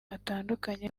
atandukanye